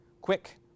quick